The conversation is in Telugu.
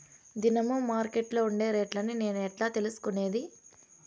దినము మార్కెట్లో ఉండే రేట్లని నేను ఎట్లా తెలుసుకునేది?